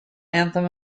anthem